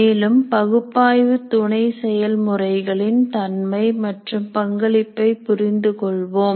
மேலும் பகுப்பாய்வு துணை செயல்முறைகளின் தன்மை மற்றும் பங்களிப்பை புரிந்து கொள்வோம்